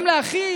גם לאחי,